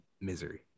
misery